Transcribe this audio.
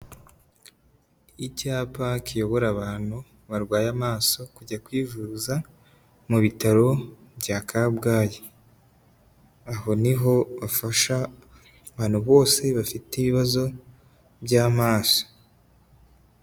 Icyapa kiyobora abantu barwaye amaso kujya kwivuza, mu bitaro bya kabgayi. Aho niho bafasha abantu bose bafite ibibazo by'amaso.